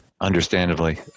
understandably